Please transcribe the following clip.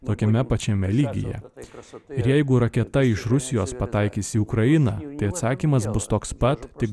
tokiame pačiame lygyje ir jeigu raketa iš rusijos pataikys į ukrainą tai atsakymas bus toks pat tik